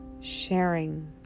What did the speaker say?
sharing